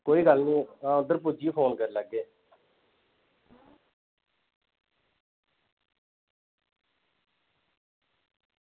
कोई गल्ल निं हां उद्धर पुज्जियै फोन करी लैगे